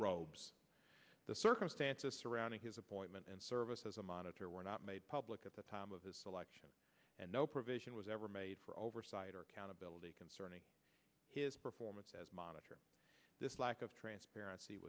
cesar's the circumstances surrounding his appointment and service as a monitor were not made public at the time of his selection and no provision was ever made for oversight or accountable concerning his performance as monitor this lack of transparency